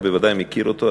אתה בוודאי מכיר אותו,